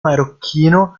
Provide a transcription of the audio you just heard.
marocchino